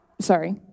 sorry